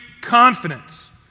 confidence